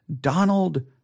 Donald